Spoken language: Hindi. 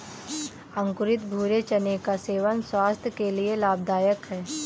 अंकुरित भूरे चने का सेवन स्वास्थय के लिए लाभदायक है